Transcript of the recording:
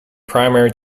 primary